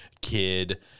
Kid